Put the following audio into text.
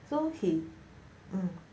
so he mm